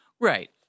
Right